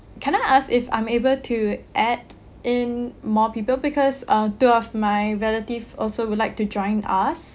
can I ask if I'm able to add in more people because uh two of my relatives also would like to join us